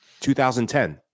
2010